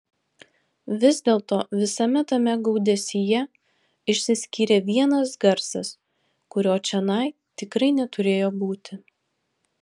vis dėlto visame tame gaudesyje išsiskyrė vienas garsas kurio čionai tikrai neturėjo būti